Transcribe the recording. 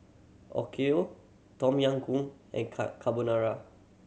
Okayu Tom Yam Goong and Car Carbonara